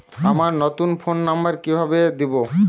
আমার নতুন phone number কিভাবে দিবো?